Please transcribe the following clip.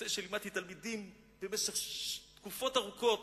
זה נושא שלימדתי תלמידים במשך תקופות ארוכות.